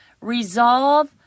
resolve